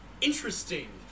Interesting